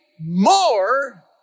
more